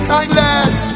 Timeless